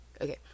okay